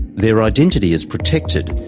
their identity is protected,